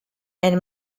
and